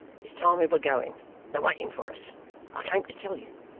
it's time we were going they're waiting for us i came to tell you.